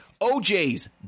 OJ's